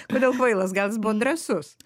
kodėl kvailas gal jis buvo drąsus